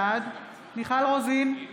בעד מיכל רוזין,